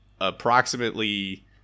approximately